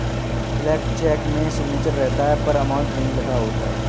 blank cheque में signature रहता है पर अमाउंट नहीं लिखा होता है